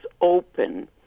open